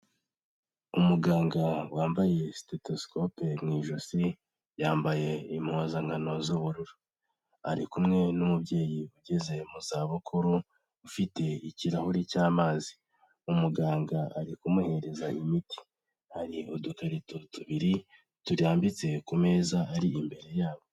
Umuganga wambaye stethoscope mu ijosi, yambaye impuzankano z'ubururu, ari kumwe n'umubyeyi ugeze mu zabukuru, ufite ikirahuri cy'amazi, umuganga ari kumuhereza imiti, hari udukarito tubiri turambitse ku meza ari imbere yabo.